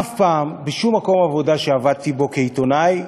אף פעם, בשום מקום עבודה שעבדתי בו כעיתונאי,